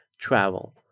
travel